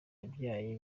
yabyaye